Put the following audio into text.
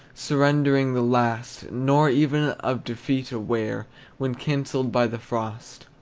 surrendering the last, nor even of defeat aware when cancelled by the frost.